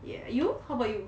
ya you how about you